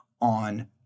on